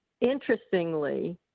interestingly